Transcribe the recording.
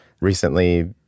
Recently